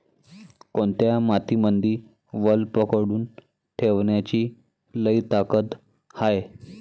कोनत्या मातीमंदी वल पकडून ठेवण्याची लई ताकद हाये?